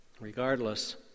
Regardless